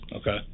okay